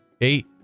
eight